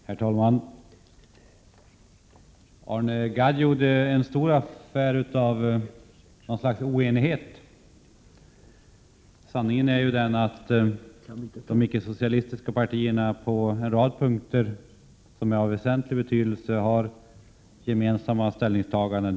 Herr talman! Arne Gadd gjorde stor affär av något slags oenighet inom oppositionen. Sanningen är ju att de icke-socialistiska partierna på en rad punkter, som är av väsentlig betydelse, har gemensamma ställningstaganden.